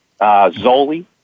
Zoli